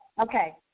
Okay